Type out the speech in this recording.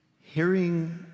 hearing